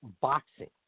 boxing